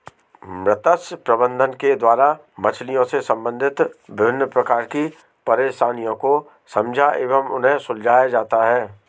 मत्स्य प्रबंधन के द्वारा मछलियों से संबंधित विभिन्न प्रकार की परेशानियों को समझा एवं उन्हें सुलझाया जाता है